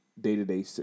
day-to-day